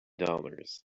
dollars